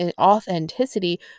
authenticity